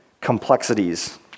complexities